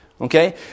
okay